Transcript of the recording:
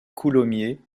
coulommiers